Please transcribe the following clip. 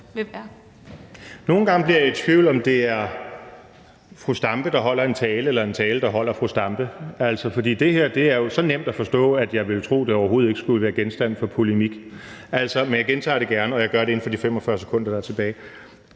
Nogle gange bliver jeg i tvivl, om det er fru Zenia Stampe, der holder en tale, eller om det er en tale, der holder fru Zenia Stampe, for det her er jo altså så nemt at forstå, at jeg ville tro, at det overhovedet ikke skulle være genstand for polemik. Men jeg gentager gerne, og jeg gør det inden for de 45 sekunder, der er tilbage.